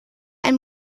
ein